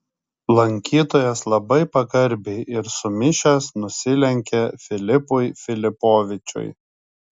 lankytojas labai pagarbiai ir sumišęs nusilenkė filipui filipovičiui